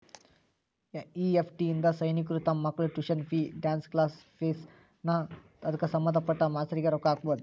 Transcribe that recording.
EFT ಇಂದಾ ಸೈನಿಕ್ರು ತಮ್ ಮಕ್ಳ tuition fees, dance class fees ನಾ ಅದ್ಕ ಸಭಂದ್ಪಟ್ಟ ಮಾಸ್ತರ್ರಿಗೆ ರೊಕ್ಕಾ ಹಾಕ್ಬೊದ್